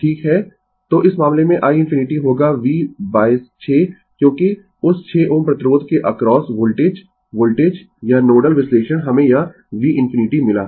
तो इस मामले में i ∞ होगा v6 क्योंकि उस 6 Ω प्रतिरोध के अक्रॉस वोल्टेज वोल्टेज यह नोडल विश्लेषण हमें यह v ∞ मिला